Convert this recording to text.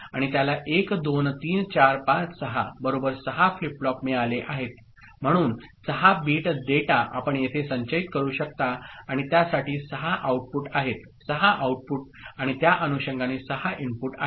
आणि त्याला 1 2 3 4 5 6 बरोबर 6 फ्लिप फ्लॉप मिळाले आहेत म्हणून 6 बीट डेटा आपण येथे संचयित करू शकता आणि त्यासाठी 6 आउटपुट आहेत 6 आउटपुट आणि त्या अनुषंगाने 6 इनपुट आहेत